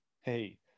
Hey